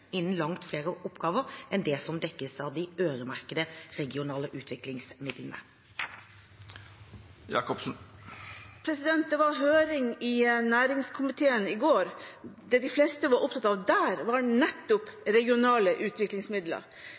innen langt flere oppgaver enn det som dekkes av de øremerkede regionale utviklingsmidlene. Det var høring i næringskomiteen i går. Det de fleste var opptatt av der, var nettopp regionale utviklingsmidler